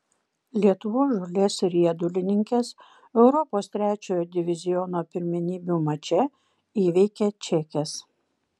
lietuvos žolės riedulininkės europos trečiojo diviziono pirmenybių mače įveikė čekes